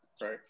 Right